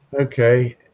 Okay